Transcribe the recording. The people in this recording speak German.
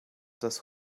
das